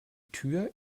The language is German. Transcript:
tür